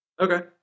Okay